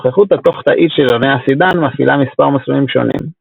הנוכחות התוך תאית של יוני הסידן מפעילה מספר מסלולים שונים;